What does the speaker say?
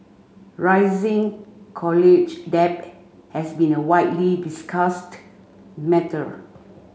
rising college debt has been a widely discussed matter